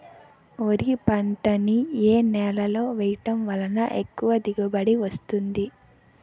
వరి పంట ని ఏ నేలలో వేయటం వలన ఎక్కువ దిగుబడి వస్తుంది?